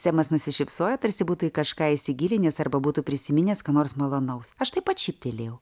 semas nusišypsojo tarsi būtų į kažką įsigilinęs arba būtų prisiminęs ką nors malonaus aš taip pat šyptelėjau